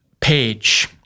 page